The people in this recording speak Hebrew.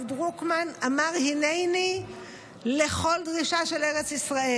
הרב דרוקמן אמר הינני לכל דרישה של ארץ ישראל.